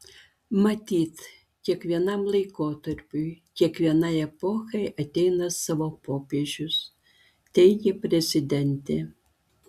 matyt kiekvienam laikotarpiui kiekvienai epochai ateina savo popiežius teigė prezidentė